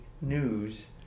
news